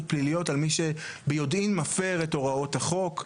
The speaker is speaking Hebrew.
פליליות על מי שביודעין מפר את הוראות החוק,